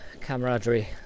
camaraderie